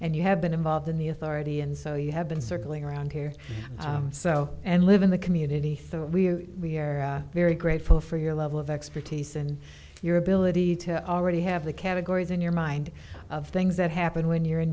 and you have been involved in the authority and so you have been circling around here so and live in the community through we we're very grateful for your level of expertise and your ability to already have the categories in your mind of things that happen when you're in